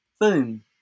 Boom